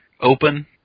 open